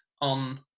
on